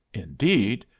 indeed,